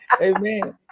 Amen